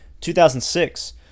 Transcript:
2006